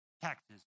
Taxes